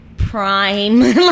prime